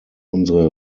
unsere